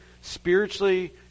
spiritually